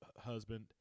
husband